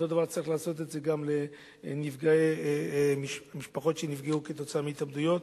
אותו דבר צריך לעשות גם למשפחות שנפגעו כתוצאה מהתאבדויות.